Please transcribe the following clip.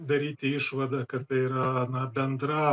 daryti išvadą kad tai yra na bendra